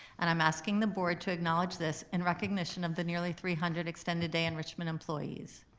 and i'm asking the board to acknowledge this in recognition of the nearly three hundred extended day enrichment employees.